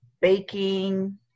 baking